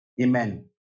Amen